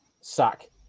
sack